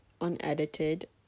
unedited